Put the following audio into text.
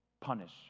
Punish